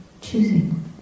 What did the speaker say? choosing